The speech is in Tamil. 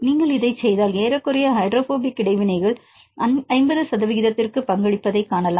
நீங்கள் இதைச் செய்தால் ஏறக்குறைய ஹைட்ரோபோபிக் இடைவினைகள் 50 சதவிகிதத்திற்கு பங்களிப்பதைக் காணலாம்